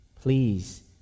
Please